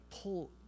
pull